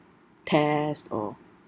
tests or